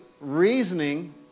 reasoning